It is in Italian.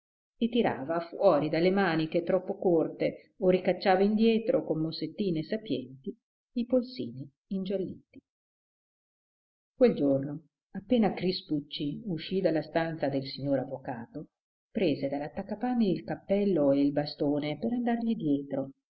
e tirava fuori dalle maniche troppo corte o ricacciava indietro con mossettine sapienti i polsini ingialliti quel giorno appena crispucci uscì dalla stanza del signor avvocato prese dall'attaccapanni il cappello e il bastone per andargli dietro